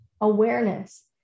awareness